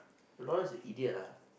Noah is a idiot ah